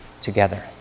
together